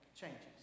changes